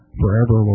forever